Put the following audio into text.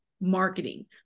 marketing